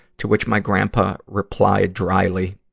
to which, my grandpa replied dryly,